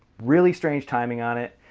really strange timing on it,